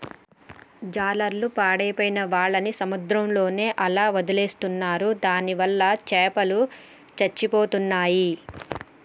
జాలర్లు పాడైపోయిన వాళ్ళని సముద్రంలోనే అలా వదిలేస్తున్నారు దానివల్ల చాపలు చచ్చిపోతున్నాయి